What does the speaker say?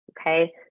Okay